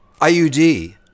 IUD